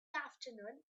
afternoon